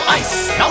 ice